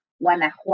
Guanajuato